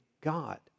God